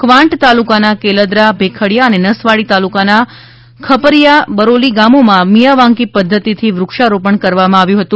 કવાંટ તાલુકાના કેલદરા ભેખડીયા અને નસવાડી તાલુકાના ખપરીયા બરોલી ગામોમાં મિયાંવાંકી પદ્ધતિથી વૃક્ષા રોપણ કરવામાં આવ્યું હતું